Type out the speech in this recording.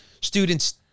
students